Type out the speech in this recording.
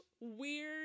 weird